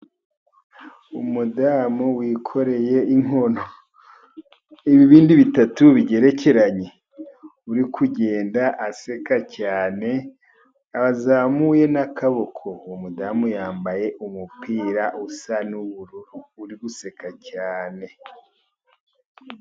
Umudamu wikoreye inkono. Ibibindi bitatu bigerekeranye. Uri kugenda aseka cyane, wazamuye n'akaboko. Uwo mudamu yambaye umupira usa n'ubururu. Uri guseka cyane.